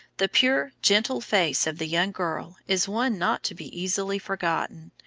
the pure, gentle face of the young girl is one not to be easily forgotten,